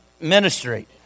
ministry